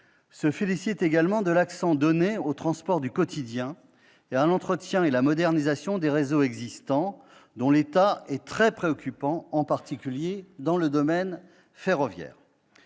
se félicite également de l'accent mis sur les transports du quotidien ainsi que sur l'entretien et la modernisation des réseaux existants, dont l'état est très préoccupant, en particulier dans le domaine ferroviaire.